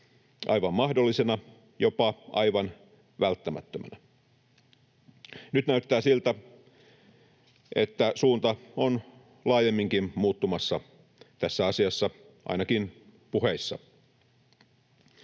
aivan mahdollisena, jopa aivan välttämättömänä. Nyt näyttää siltä, että suunta on laajemminkin muuttumassa tässä asiassa, ainakin puheissa.